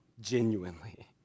genuinely